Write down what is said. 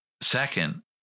Second